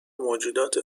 موجودات